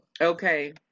Okay